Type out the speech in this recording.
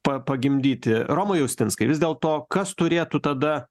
pa pagimdyti romai austinskai vis dėlto kas turėtų tada